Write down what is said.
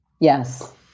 Yes